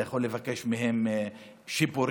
אתה יכול לבקש מהם שיפורים,